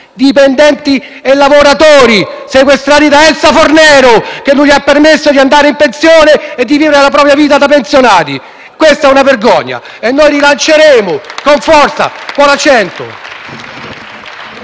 dipendenti e lavoratori, sequestrati da Elsa Fornero, che non gli ha permesso di andare in pensione e di vivere la propria vita da pensionati. Questa è una vergogna e noi rilanceremo con forza quota